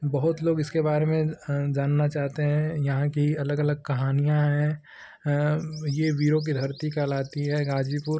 बहुत लोग इसके बारे में जानना चाहते हैं यहाँ की अलग अलग कहानियाँ हैं यह वीरों की धरती कहलाती है गाज़ीपुर